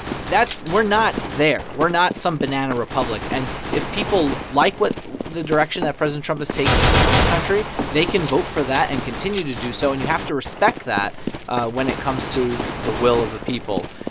that's we're not there. we're not some banana republic. and if people like what the direction that president trump is taking the country, they can vote for that and continue to do so. and you have to respect that when it comes to the will of the people.